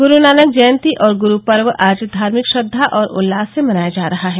ग्रु नानक जयंती और ग्रुपर्व आज धार्मिक श्रद्वा और उल्लास से मनाया जा रहा है